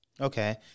Okay